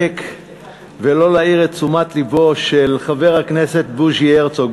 להתאפק ולא להעיר את תשומת לבו של חבר הכנסת בוז'י הרצוג.